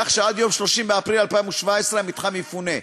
כך שעד יום 30 באפריל 2017 המתחם יפונה.